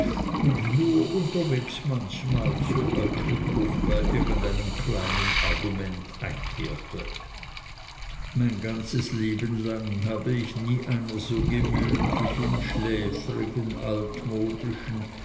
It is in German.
und nur unterwegs manchmal zur equickung bei irgend einem kleinen argument einkehrte mein ganzes leben lang habe ich nie einer so gemütlichen schläfrigen altmodischen